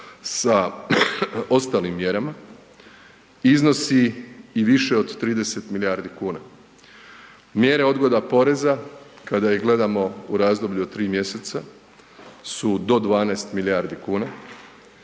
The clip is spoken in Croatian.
sa ostalim mjerama, iznosi i više od 30 milijardi kuna. Mjere odgoda poreza kada ih gledamo u razdoblju od 3 mjeseca su do 12 milijardi kuna,